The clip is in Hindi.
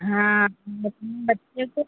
हाँ अपने बच्चे को